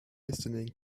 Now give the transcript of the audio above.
listening